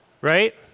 right